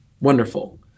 Wonderful